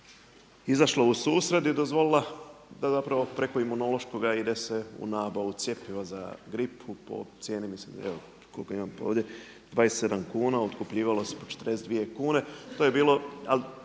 izašla u susret i dozvolila da zapravo preko Imunološkoga ide se u nabavu cjepiva za gripu po cijeni mislim evo koliko imam ovdje 27 kuna. Otkupljivalo se po 42 kune. To je bilo,